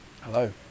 Hello